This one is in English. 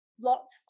lots